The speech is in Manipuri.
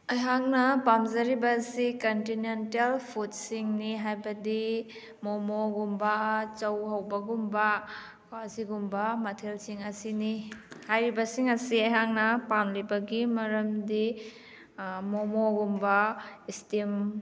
ꯑꯩꯍꯥꯛꯅ ꯄꯥꯝꯖꯔꯤꯕ ꯑꯁꯤ ꯀꯟꯇꯤꯅꯦꯟꯇꯦꯜ ꯐꯨꯠꯁꯁꯤꯡꯅꯤ ꯍꯥꯏꯕꯗꯤ ꯃꯣꯃꯣꯒꯨꯝꯕ ꯆꯧ ꯍꯧꯕꯒꯨꯝꯕ ꯑꯁꯤꯒꯨꯝꯕ ꯃꯊꯦꯜꯁꯤꯡ ꯑꯁꯤꯅꯤ ꯍꯥꯏꯔꯤꯕꯁꯤꯡ ꯑꯁꯦ ꯑꯩꯍꯥꯛꯅ ꯄꯥꯝꯂꯤꯕꯒꯤ ꯃꯔꯝꯗꯤ ꯃꯣꯃꯣꯒꯨꯝꯕ ꯁ꯭ꯇꯤꯝ